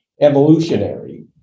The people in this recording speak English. evolutionary